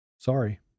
sorry